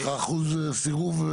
יש לך אחוז סירוב?